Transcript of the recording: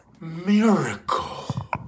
miracle